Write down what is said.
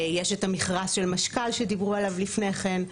יש את המכרז של מש-קל שדיברו עליו לפני כן.